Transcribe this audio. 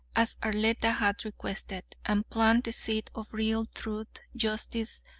as arletta had requested, and plant the seed of real truth, justice,